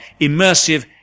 immersive